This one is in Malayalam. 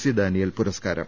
സി ഡാനിയേൽ പുര സ്കാരം